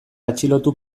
atxilotu